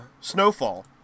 Snowfall